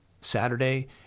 Saturday